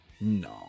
No